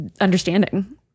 understanding